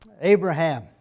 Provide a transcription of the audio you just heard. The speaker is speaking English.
Abraham